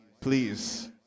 Please